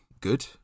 good